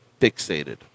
fixated